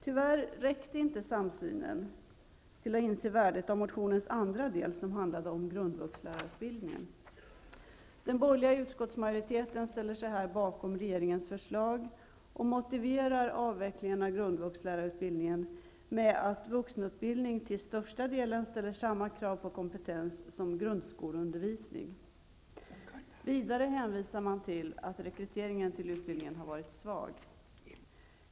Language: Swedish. Tyvärr räckte inte samsynen till att inse värdet av motionens andra del som handlar om grundvuxlärarutbildningen. Den borgerliga utskottsmajoriteten ställer sig bakom regeringens förslag och motiverar avvecklingen av grundvuxlärarutbildningen med att vuxenutbildning till största delen ställer samma krav på kompetens som grundskoleundervisning. Vidare hänvisas till att rekryteringen till utbildningen har varit svag.